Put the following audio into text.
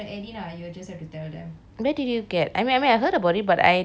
where did you get I mean I mean I heard about it but I didn't have time to go and buy